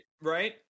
right